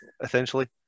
essentially